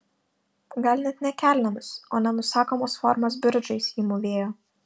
gal net ne kelnėmis o nenusakomos formos bridžais ji mūvėjo